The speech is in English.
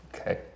okay